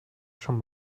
schon